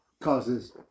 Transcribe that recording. causes